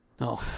No